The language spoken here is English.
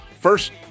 first